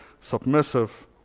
submissive